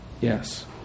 Yes